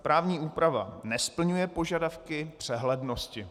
Právní úprava nesplňuje požadavky přehlednosti.